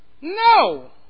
No